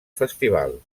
festival